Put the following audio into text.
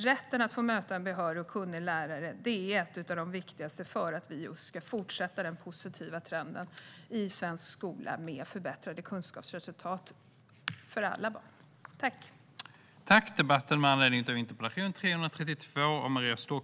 Rätten att få möta en behörig och kunnig lärare är en av de viktigaste sakerna för att den positiva trenden med förbättrade kunskapsresultat för alla elever i svensk skola ska fortsätta.